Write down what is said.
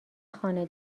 خانه